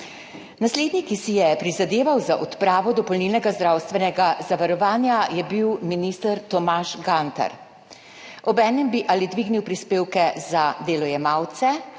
Naslednji, ki si je prizadeval za odpravo dopolnilnega zdravstvenega zavarovanja, je bil minister Tomaž Gantar, obenem bi ali dvignil prispevke za delojemalce